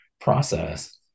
process